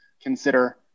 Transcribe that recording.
consider